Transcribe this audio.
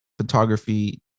photography